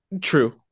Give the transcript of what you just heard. true